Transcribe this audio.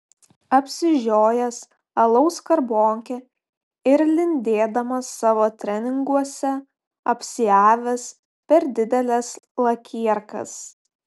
apsižiojęs alaus skarbonkę ir lindėdamas savo treninguose apsiavęs per dideles lakierkas